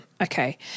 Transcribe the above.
Okay